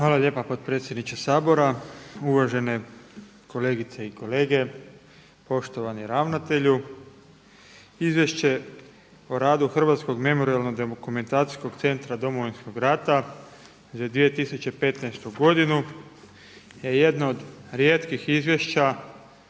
Hvala lijepa potpredsjedniče Sabora, uvažene kolegice i kolege, poštovani ravnatelju. Izvješće o radu Hrvatskog memorijalno-dokumentacijskog centra Domovinskog rata za 2015. godinu je jedno od rijetkih izvješća